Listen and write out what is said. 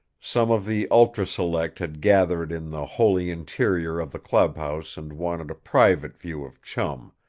some of the ultra select had gathered in the holy interior of the clubhouse and wanted a private view of chum,